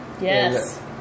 Yes